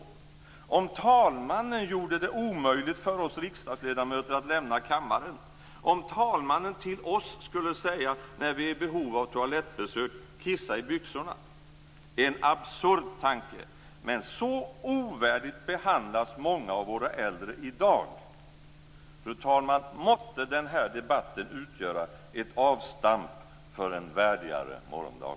Tänk om talmannen gjorde det omöjligt för oss riksdagsledamöter att lämna kammaren och skulle säga till oss när vi är i behov av toalettbesök: Kissa i byxorna! Det är en absurd tanke, men så ovärdigt behandlas många av våra äldre i dag. Fru talman! Måtte den här debatten utgöra ett avstamp för en värdigare morgondag!